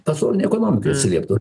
pasaulinei ekonomikai atsilieptų